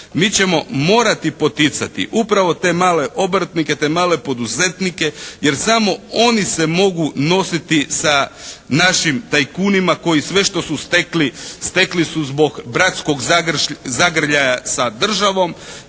mi ćemo morati poticati upravo te male obrtnike, te male poduzetnike jer samo oni se mogu nositi sa našim tajkunima koji sve što su stekli stekli su zbog bratskog zagrljaja sa državom.